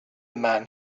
man